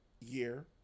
year